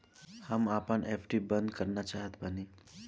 हम आपन एफ.डी बंद करना चाहत बानी